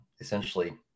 essentially